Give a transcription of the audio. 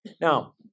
Now